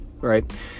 Right